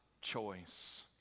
choice